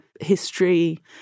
history